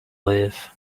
live